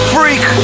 Freak